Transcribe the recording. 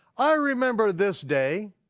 i remember this day,